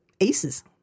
aces